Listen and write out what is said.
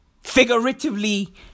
Figuratively